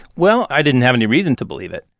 well, i didn't have any reason to believe it.